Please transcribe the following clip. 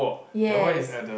yes